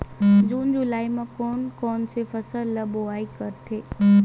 जून जुलाई म कोन कौन से फसल ल बोआई करथे?